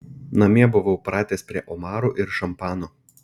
namie buvau pratęs prie omarų ir šampano